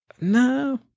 No